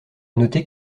noter